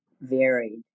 varied